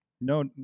No